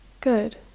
Good